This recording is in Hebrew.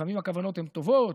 לפעמים הכוונות הן טובות.